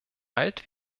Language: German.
alt